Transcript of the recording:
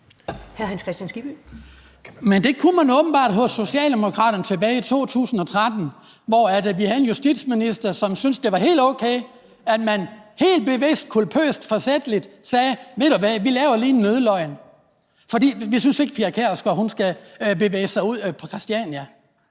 Det kunne man åbenbart hos Socialdemokraterne tilbage i 2013, hvor vi havde en justitsminister, som syntes, det var helt okay, at man helt bevidst, culpøst og forsætligt sagde: Ved du hvad, vi fortæller lige en nødløgn, for vi synes ikke, Pia Kjærsgaard skal bevæge sig ud på Christiania.